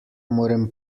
morem